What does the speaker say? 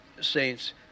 saints